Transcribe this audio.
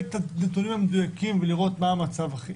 את הנתונים המדויקים ולראות מה המצב,